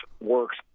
works